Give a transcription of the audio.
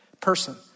person